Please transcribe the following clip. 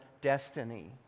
destiny